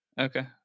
Okay